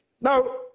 Now